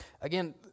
Again